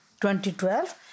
2012